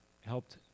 helped